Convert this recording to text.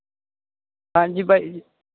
ਹਾਂਜੀ ਬਾਈ ਜੀ